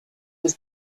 was